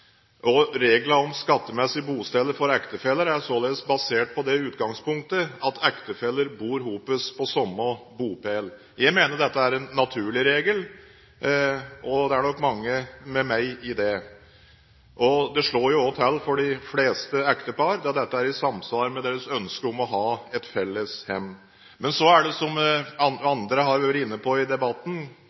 bosatt. Reglene om skattemessig bosted for ektefeller er således basert på det utgangspunktet at ektefeller bor sammen på samme bopel. Jeg mener dette er en naturlig regel, og det er nok mange som er enig med meg i det. Det slår også til for de fleste ektepar, da dette er i samsvar med deres ønske om å ha et felles hjem. Men så er det, som andre har vært inne på i debatten,